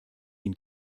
den